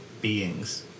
beings